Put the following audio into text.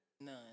None